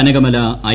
Kanakamala I